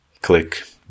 click